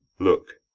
look,